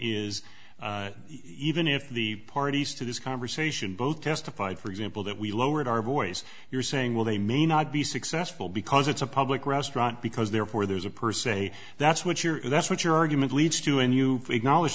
is even if the parties to this conversation both testified for example that we lowered our voice you're saying well they may not be successful because it's a public restaurant because therefore there's a person a that's what you're that's what your argument leads to and you acknowledge